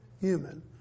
human